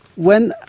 when,